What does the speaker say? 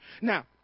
now